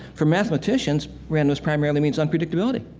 for mathematicians, randomness primarily means unpredictability.